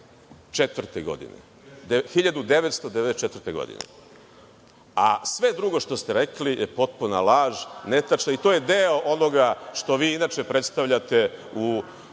1994. godine. Sve drugo što ste rekli je potpuna laž, netačno, i to je deo onoga što vi inače predstavljate u